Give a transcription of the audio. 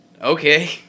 Okay